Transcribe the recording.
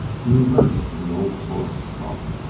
he reverts to the old source stock.